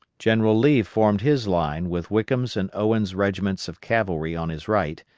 general lee formed his line with wickham's and owens' regiments of cavalry on his right,